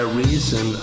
reason